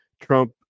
Trump